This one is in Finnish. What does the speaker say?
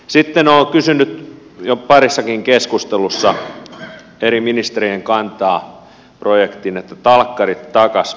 sitten olen kysynyt jo parissakin keskustelussa eri ministerien kantaa projektiin talkkarit takaisin